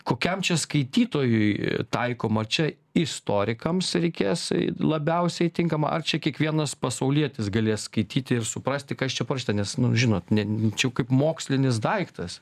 kokiam čia skaitytojui taikoma čia istorikams reikės labiausiai tinkama ar čia kiekvienas pasaulietis galės skaityti ir suprasti kas čia parašyta nes nu žinot ne čia jau kaip mokslinis daiktas